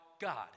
God